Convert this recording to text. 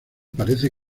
parece